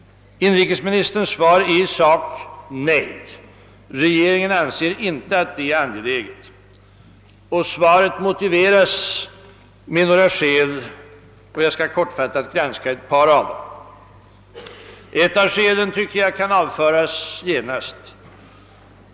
Inrikesministerns svar är i sak nej. Regeringen anser inte att det är angeläget. Och svaret motiveras med några skäl, av vilka jag här helt kortfattat skall granska några. Ett av skälen tycker jag kan avföras genast.